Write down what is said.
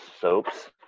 soaps